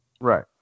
Right